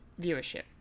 viewership